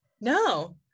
No